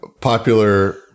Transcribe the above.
popular